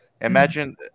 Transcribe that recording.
Imagine